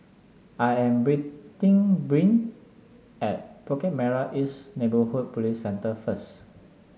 I am Bryn at Bukit Merah East Neighbourhood Police Centre first